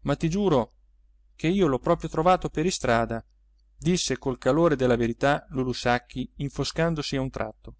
ma ti giuro che io l'ho proprio trovato per istrada disse col calore della verità lulù sacchi infoscandosi a un tratto